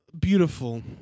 beautiful